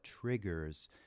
triggers